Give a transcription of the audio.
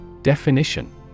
Definition